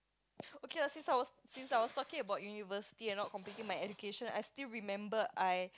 okay lah since I was since I was talking about university and not completing my education I still remember I